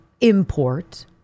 import